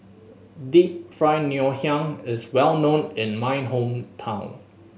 Deep Fried Ngoh Hiang is well known in my hometown